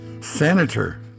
Senator